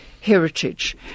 heritage